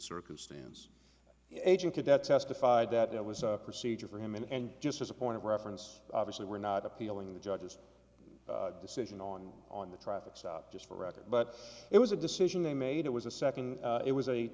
circumstance agent could that testified that it was a procedure for him and just as a point of reference obviously we're not appealing the judge's decision on on the traffic stop just for the record but it was a decision they made it was a second it was a